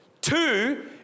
Two